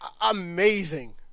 amazing